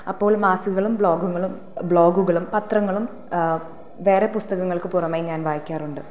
അപ്പോൾ മാസികളും ബ്ലോഗ്കളും ബ്ലോഗുകളും പത്രങ്ങളും വേറെ പുസ്തകങ്ങൾക്ക് പുറമേ ഞാൻ വായിക്കാറുണ്ട്